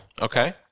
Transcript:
Okay